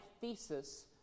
Thesis